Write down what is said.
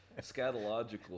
scatological